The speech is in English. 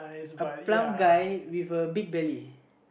a plump guy with a big belly